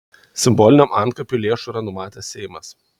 simboliniam antkapiui lėšų yra numatęs seimas